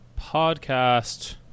podcast